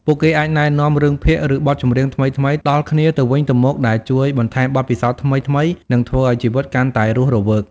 ពួកគេអាចណែនាំរឿងភាគ ឬបទចម្រៀងថ្មីៗដល់គ្នាទៅវិញទៅមកដែលជួយបន្ថែមបទពិសោធន៍ថ្មីៗ និងធ្វើឲ្យជីវិតកាន់តែរស់រវើក។